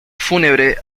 fúnebre